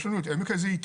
יש לנו את עמק הזיתים,